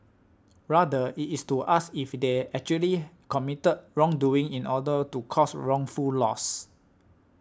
rather it is to ask if they actually committed wrong doing in order to cause wrongful loss